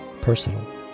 personal